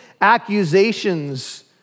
accusations